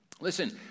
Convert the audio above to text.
Listen